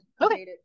Okay